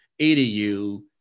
EDU